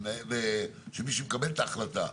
שמי שמקבל את ההחלטה,